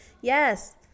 Yes